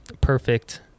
perfect